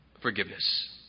forgiveness